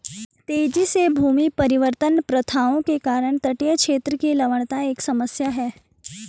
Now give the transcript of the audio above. तेजी से भूमि परिवर्तन प्रथाओं के कारण तटीय क्षेत्र की लवणता एक समस्या है